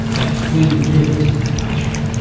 like gwynne lived in that pie chart.